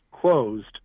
closed